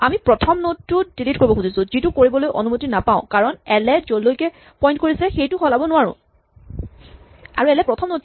আমি প্ৰথম নড টো ডিলিট কৰিব খুজিছোঁ যিটো কৰিবলৈ আমি অনুমতি নাপাওঁ কাৰণ আমি এল এ যলৈ পইন্ট কৰিছে সেইটো সলাব নোৱাৰো